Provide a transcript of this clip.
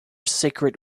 sacred